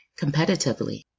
competitively